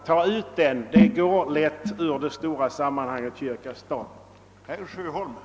För ut den — det går lätt — ur de stora och långsiktiga utredningssammanhangen.